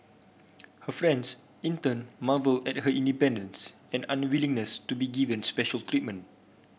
her friends in turn marvel at her independence and unwillingness to be given special treatment